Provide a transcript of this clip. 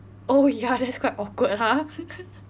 oh ya that's quite awkward ha